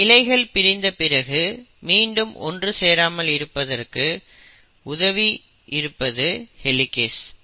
இந்த இழைகள் பிரிந்த பிறகு மீண்டும் ஒன்று சேராமல் இருப்பதற்கு உதவி இருப்பது ஹெலிகேஸ்